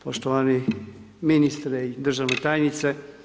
Poštovani ministre i državna tajnice.